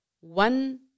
one